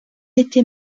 était